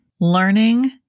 Learning